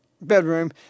bedroom